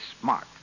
smart